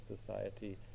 society